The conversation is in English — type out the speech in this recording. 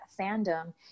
fandom